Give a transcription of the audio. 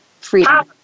freedom